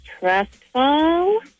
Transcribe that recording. Trustful